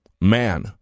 Man